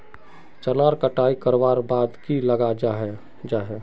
चनार कटाई करवार बाद की लगा जाहा जाहा?